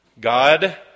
God